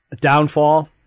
downfall